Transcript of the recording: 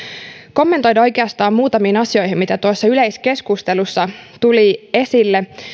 kommentoida oikeastaan muutamia asioita mitä tuossa yleiskeskustelussa tuli esille